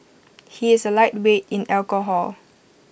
he is A lightweight in alcohol